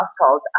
household